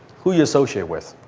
who you associate with.